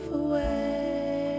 away